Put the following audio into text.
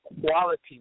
quality